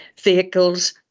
vehicles